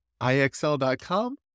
IXL.com